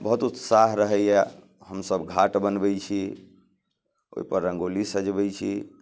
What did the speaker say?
बहुत उत्साह रहैये हमसब घाट बनबै छी ओइपर रङ्गोली सजबै छी